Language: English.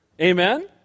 Amen